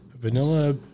vanilla